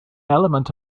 element